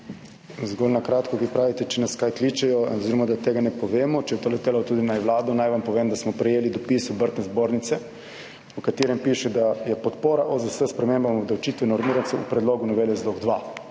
Zgolj na kratko. Vi pravite, če nas kaj kličejo oziroma da tega ne povemo? Če je to letelo tudi na Vlado, naj vam povem, da smo prejeli dopis Obrtne zbornice, v katerem piše, da je podpora OZS spremembam obdavčitve normirancev v predlogu novele Zlog-2,